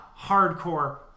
hardcore